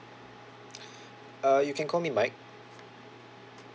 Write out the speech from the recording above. uh you can call me mike